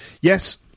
Yes